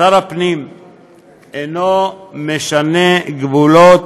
שר הפנים אינו משנה גבולות